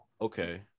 Okay